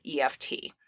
EFT